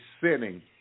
sinning